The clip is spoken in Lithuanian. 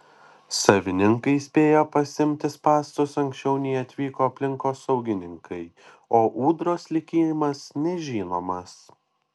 savininkai spėjo pasiimti spąstus anksčiau nei atvyko aplinkosaugininkai o ūdros likimas nežinomas